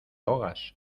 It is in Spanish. ahogas